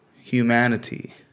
humanity